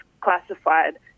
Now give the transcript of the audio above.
classified